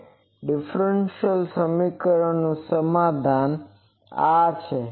આ ડીફ્રેન્સિઅલ સમીકરણ તેનું સમાધાન આ છે